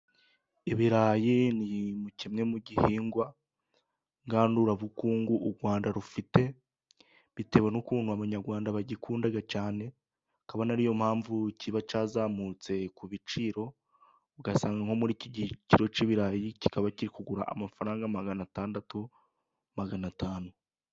Ibirayi ni kimwe mu gihingwa ngandurabukungu u Rwanda rufite, bitewe n'ukuntu Abanyarwanda bagikunda cyane, akaba ariyo mpamvu kiba cyazamutse ku biciro, ugasanga nko muri iki gihe igiciro cy'ibirayi kiba kiri kugura amafaranga maganatandatu maganatanu.